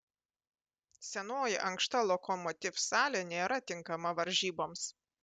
senoji ankšta lokomotiv salė nėra tinkama varžyboms